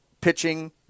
pitching